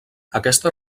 aquesta